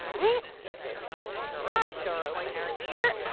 right. let me just get my garage door opener here.